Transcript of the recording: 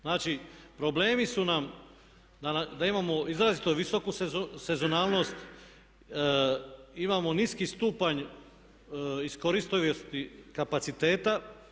Znači, problemi su nam da imamo izrazito visoku sezonalnost, imamo niski stupanj iskoristivosti kapaciteta.